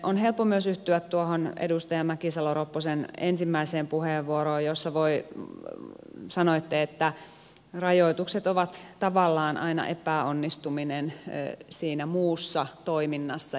on helppo myös yhtyä tuohon edustaja mäkisalo ropposen ensimmäiseen puheenvuoroon jossa sanoitte että rajoitukset ovat tavallaan aina epäonnistuminen siinä muussa toiminnassa